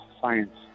science